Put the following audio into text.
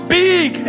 big